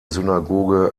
synagoge